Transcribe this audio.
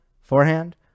forehand